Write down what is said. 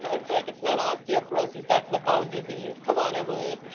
so it's like it's not osteoporosis, that's the bone disease, come on emily.